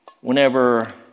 Whenever